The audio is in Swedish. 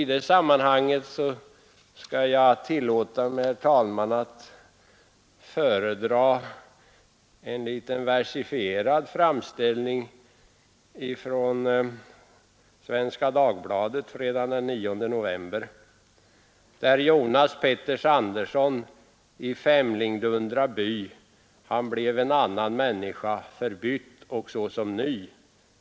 I det sammanhanget skall jag tillåta mig, herr talman, att föredra en liten versifierad berättelse från Svenska Dagbladet fredagen den 9 november: han blev en annan människa, förbytt och såsom ny.